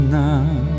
now